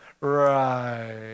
right